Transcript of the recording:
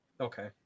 Okay